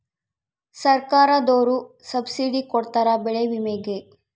ಸರ್ಕಾರ್ದೊರು ಸಬ್ಸಿಡಿ ಕೊಡ್ತಾರ ಬೆಳೆ ವಿಮೆ ಗೇ